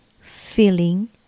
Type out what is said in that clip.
Feeling